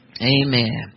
Amen